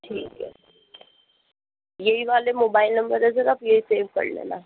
ठीक है यही वाले मोबाइल नंबर है सर आप यह सेव कर लेना